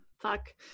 Fuck